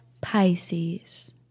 Pisces